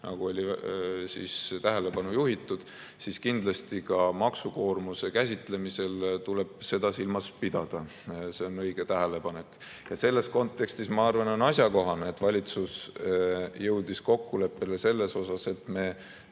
nagu on tähelepanu juhitud, tuleb seda kindlasti ka maksukoormuse käsitlemisel silmas pidada. See on õige tähelepanek. Selles kontekstis, ma arvan, on asjakohane, et valitsus jõudis kokkuleppele, et me